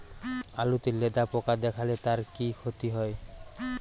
আলুতে লেদা পোকা দেখালে তার কি ক্ষতি হয়?